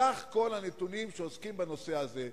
סך כל הנתונים שעוסקים בנושא הזה,